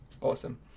Awesome